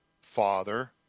Father